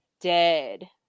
dead